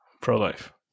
Pro-life